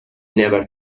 never